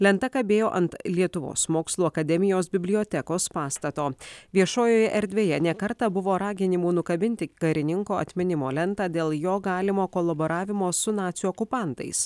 lenta kabėjo ant lietuvos mokslų akademijos bibliotekos pastato viešojoje erdvėje ne kartą buvo raginimų nukabinti karininko atminimo lentą dėl jo galimo kolaboravimo su nacių okupantais